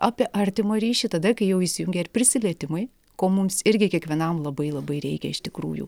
apie artimą ryšį tada kai jau įsijungia ir prisilietimai ko mums irgi kiekvienam labai labai reikia iš tikrųjų